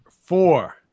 four